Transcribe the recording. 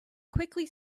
quickly